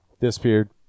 disappeared